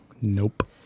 Nope